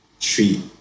treat